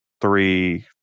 three